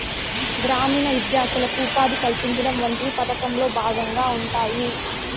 గ్రామీణ విద్యార్థులకు ఉపాధి కల్పించడం వంటివి పథకంలో భాగంగా ఉంటాయి